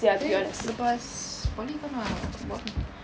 then lepas poly kau nak buat apa